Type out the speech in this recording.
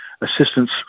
assistance